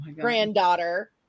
granddaughter